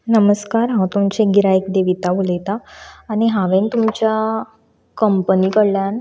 नमस्कार हांव तुमचें गिरायक देविता उलयतां आनी हांवें तुमच्या कंपनी कडल्यान